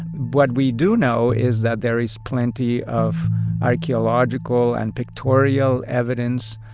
what we do know is that there is plenty of archaeological and pictorial evidence,